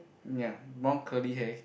ya one curly hair